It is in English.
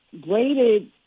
graded